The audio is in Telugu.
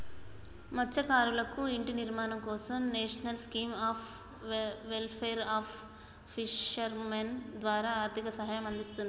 మత్స్యకారులకు ఇంటి నిర్మాణం కోసం national scheme of welfare of fishermen ద్వారా ఆర్థిక సహాయం అందిస్తున్రు